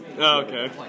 Okay